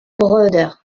breudeur